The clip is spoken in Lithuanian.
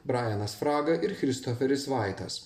brainas fraga ir kristoferis vaitas